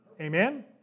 Amen